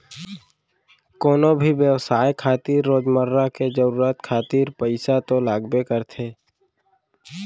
कोनो भी बेवसाय खातिर रोजमर्रा के जरुरत खातिर पइसा तो लगबे करथे